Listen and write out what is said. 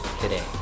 today